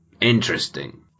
Interesting